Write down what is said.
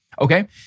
okay